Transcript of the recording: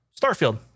Starfield